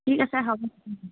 ঠিক আছে হ'ব